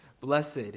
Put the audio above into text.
Blessed